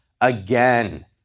again